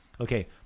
Okay